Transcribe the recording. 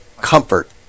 comfort